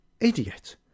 idiot